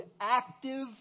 active